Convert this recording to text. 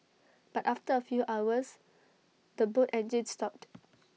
but after A few hours the boat engines stopped